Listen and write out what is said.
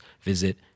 visit